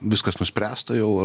viskas nuspręsta jau